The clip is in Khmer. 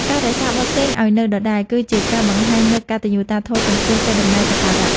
ការរក្សាបទភ្លេងឱ្យនៅដដែល គឺជាការបង្ហាញនូវកតញ្ញូតាធម៌ចំពោះកេរដំណែលសក្ការៈ។